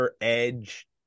edge